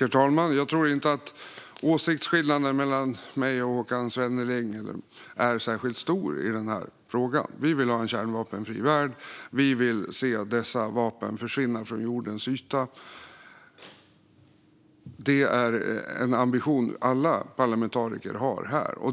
Herr talman! Jag tror inte att åsiktsskillnaden mellan mig och Håkan Svenneling är särskilt stor i frågan. Vi vill ha en kärnvapenfri värld. Vi vill se dessa vapen försvinna från jordens yta. Det är en ambition som alla parlamentariker här har.